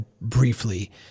briefly